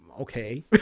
okay